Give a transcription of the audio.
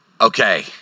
Okay